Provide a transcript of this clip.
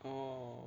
oh